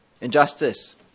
injustice